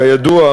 כידוע,